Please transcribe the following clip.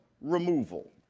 removal